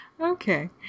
Okay